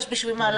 יש בשביל מה לקום.